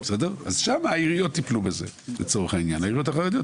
אז שם העיריות טיפלו בזה, אבל